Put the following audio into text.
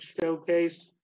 showcase